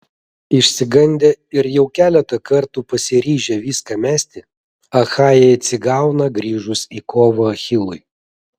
išsigandę ir jau keletą kartų pasiryžę viską mesti achajai atsigauna grįžus į kovą achilui